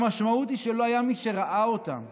המשמעות היא שלא היה מי שראה אותם.